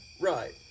Right